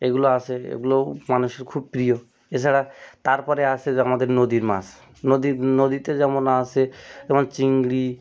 এগুলো আছে এগুলোও মানুষের খুব প্রিয় এছাড়া তার পরে আছে যে আমাদের নদীর মাছ নদীর নদীতে যেমন আছে যেমন চিংড়ি